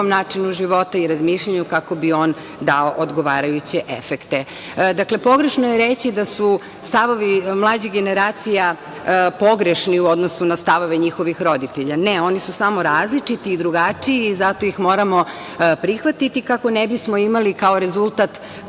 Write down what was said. načinu života i razmišljanju, kako bi on dao odgovarajuće efekte. Dakle, pogrešno je reći da su stavovi mlađih generacija pogrešni u odnosu na stavove njihovih roditelja. Ne, oni su samo različiti, drugačiji i zato ih moramo prihvatiti kako ne bi smo imali kao rezultat